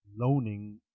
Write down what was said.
loaning